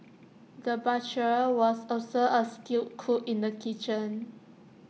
the butcher was also A skilled cook in the kitchen